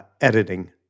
editing